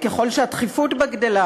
ככל שהתכיפות בה גדלה,